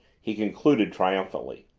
he concluded triumphantly.